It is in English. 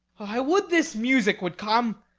i would this music would come.